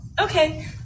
okay